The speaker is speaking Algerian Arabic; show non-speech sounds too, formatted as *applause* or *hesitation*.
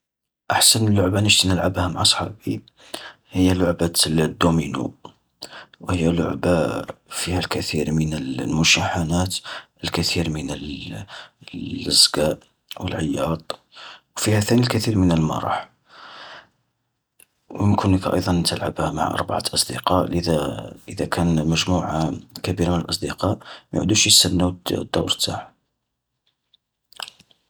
احسن لعبة نشتي نلعبها مع صحابي هي لعبة الدومينو. وهي لعبة *hesitation* فيها الكثير من المشاحنات، الكثير من *hesitation* الزقا، والعياط، وفيها ثاني الكثير من المرح. ويمكنك ايضا تلعبها مع اربعة اصدقاء، لذا *hesitation* إذا كان مجموعة كبيرة من الأصدقاء ما يعودوش يستناو الت-دور تاعهم.